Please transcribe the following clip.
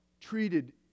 treated